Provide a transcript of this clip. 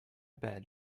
bed